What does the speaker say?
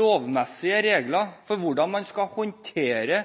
lovmessige regler for hvordan man skal håndtere